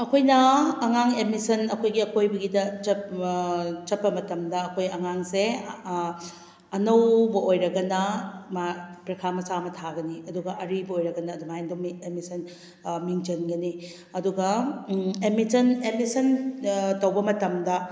ꯑꯩꯈꯣꯏꯅ ꯑꯉꯥꯡ ꯑꯦꯗꯃꯤꯁꯟ ꯑꯩꯈꯣꯏꯒꯤ ꯑꯀꯣꯏꯕꯒꯤꯗ ꯆꯠꯄ ꯃꯇꯝꯗ ꯑꯩꯈꯣꯏ ꯑꯉꯥꯡꯁꯦ ꯑꯅꯧꯕ ꯑꯣꯏꯔꯒꯅ ꯃꯥ ꯄꯔꯤꯈ꯭ꯌꯥ ꯃꯆꯥ ꯑꯃ ꯊꯥꯒꯅꯤ ꯑꯗꯨꯒ ꯑꯔꯤꯕ ꯑꯣꯏꯔꯒꯅ ꯑꯗꯨꯃꯥꯏꯅ ꯑꯗꯨꯝ ꯑꯦꯗꯃꯤꯁꯟ ꯃꯤꯡ ꯆꯟꯒꯅꯤ ꯑꯗꯨꯒ ꯑꯦꯗꯃꯤꯁꯟ ꯇꯧꯕ ꯃꯇꯝꯗ